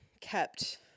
kept